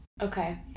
okay